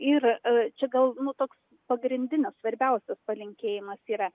ir čia gal nu toks pagrindinis svarbiausias palinkėjimas yra